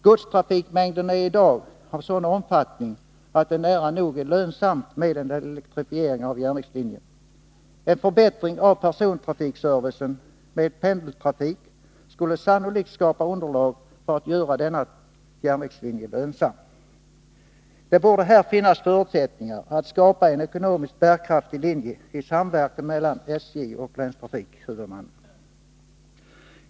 Godstrafikmängden är i dag av sådan omfattning att det nära nog är lönsamt med en elektrifiering av järnvägslinjen. En förbättring av persontrafikservicen med pendeltrafik skulle sannolikt skapa underlag för att göra denna järnvägslinje lönsam. Det borde här finnas förutsättningar att skapa en ekonomisk bärkraftig linje i samverkan mellan SJ och länstrafikhuvudmannen.